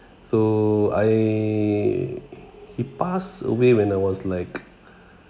so I he passed away when I was like